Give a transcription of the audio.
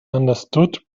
understood